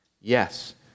Yes